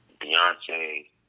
Beyonce